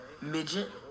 Midget